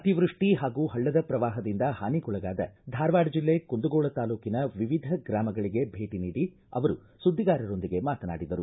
ಅತಿವ್ಯಚ್ಛಿ ಹಾಗೂ ಹಳ್ಳದ ಪ್ರವಾಹದಿಂದ ಹಾನಿಗೊಳಗಾದ ಧಾರವಾಡ ಜಿಲ್ಲೆ ಕುಂದಗೋಳ ತಾಲೂಕಿನ ವಿವಿಧ ಗ್ರಾಮಗಳಿಗೆ ಭೇಟಿ ನೀಡಿ ಅವರು ಸುದ್ದಿಗಾರರೊಂದಿಗೆ ಮಾತನಾಡಿದರು